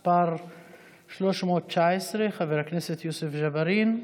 מס' 319, של חבר הכנסת יוסף ג'בארין,